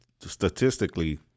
statistically